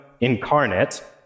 incarnate